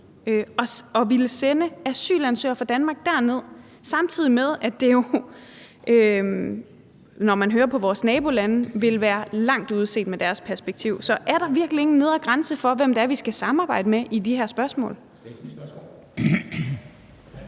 at ville sende asylansøgere fra Danmark derned, samtidig med at det jo, når man hører på vores nabolande, vil være langt ude set med deres perspektiv. Så er der virkelig ikke en nedre grænse for, hvem det er, vi skal samarbejde med i de her spørgsmål?